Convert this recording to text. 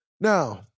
Now